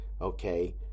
okay